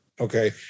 Okay